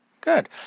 Good